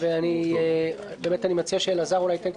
אני לא חושב שאני עושה עבירה,